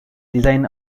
design